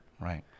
right